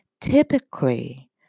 typically